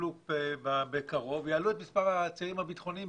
שיתקבלו בקרוב יעלו את מספר העצירים הביטחוניים